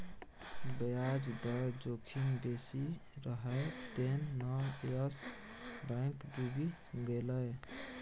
ब्याज दर जोखिम बेसी रहय तें न यस बैंक डुबि गेलै